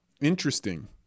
interesting